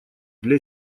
для